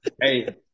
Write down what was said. Hey